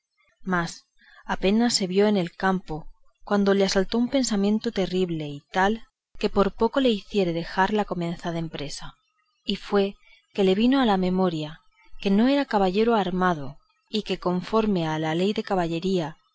mas apenas se vio en el campo cuando le asaltó un pensamiento terrible y tal que por poco le hiciera dejar la comenzada empresa y fue que le vino a la memoria que no era armado caballero y que conforme a ley de caballería